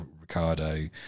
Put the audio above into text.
Ricardo